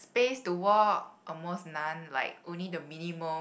space to walk almost none like only the minimum